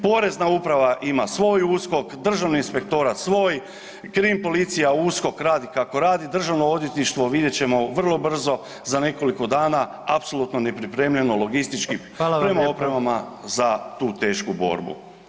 Porezna uprava ima svoj USKOK, Državni inspektorat svoj, KRIM policija USKOK radi kako radi, DORH vidjet ćemo vrlo brzo za nekoliko dana apsolutno nepripremljeno logistički prema opremama za tu tešku borbu.